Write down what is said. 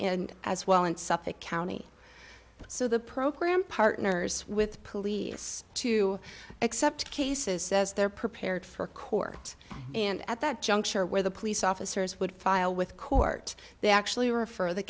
and as well in suffolk county so the program partners with police to accept cases says they're prepared for a court and at that juncture where the police officers would file with court they actually refer the